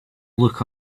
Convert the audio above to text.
look